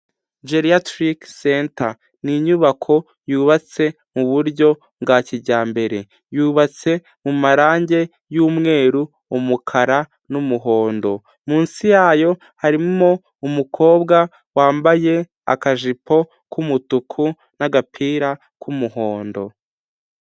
Deriatric Center, ni inyubako yubatse mu buryo bwa kijyambere, yubatse mu marangi y'umweru, umukara n'umuhondo, munsi yayo harimo umukobwa wambaye akajipo k'umutuku n'agapira k'umuhondo.